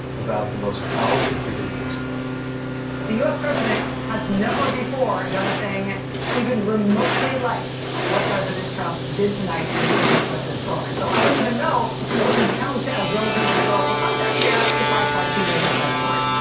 about the most powerful figure in this country the us president has never before done a thing even remotely like what president trump did tonight in the context of this storm. and so i don't even know what would count as relevant historical context here. if i tried to make up that story